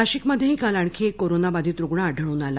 नाशिकमध्ये काल आणखी एक कोरोना बाधित रुग्ण आढळून आला